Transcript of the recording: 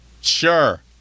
Sure